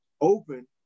open